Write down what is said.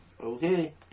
Okay